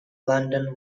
london